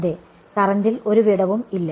അതെ കറന്റിൽ ഒരു വിടവും ഇല്ല